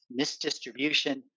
misdistribution